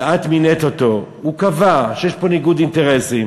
שאת מינית אותו, הוא קבע שיש פה ניגוד אינטרסים